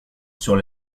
sur